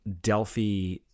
delphi